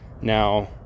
now